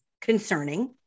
concerning